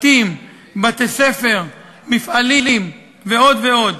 בתים, בתי-ספר, מפעלים ועוד ועוד.